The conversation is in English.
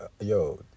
Yo